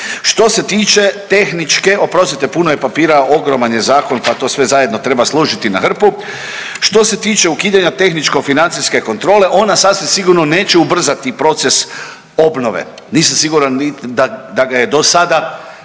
Što se tiče tehničke, oprostite puno je papira ogroman je zakon pa to sve zajedno treba složiti na hrpu. Što se tiče ukidanja tehničko financijske kontrole ona sasvim sigurno neće ubrzati proces obnove, nisam siguran ni da ga je dosada